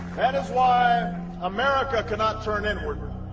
that is why america cannot turn inward.